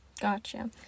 Gotcha